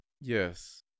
Yes